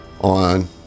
on